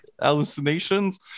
hallucinations